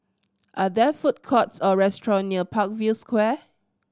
are there food courts or restaurant near Parkview Square